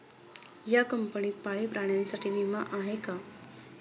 या कंपनीत पाळीव प्राण्यांसाठी विमा आहे का?